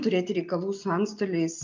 turėti reikalų su antstoliais